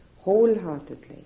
wholeheartedly